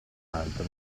altro